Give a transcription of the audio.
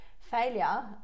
failure